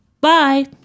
Bye